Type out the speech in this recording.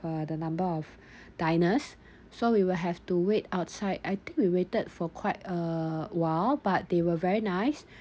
uh the number of diners so we will have to wait outside I think we waited for quite a while but they were very nice